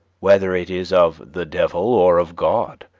whether it is of the devil or of god,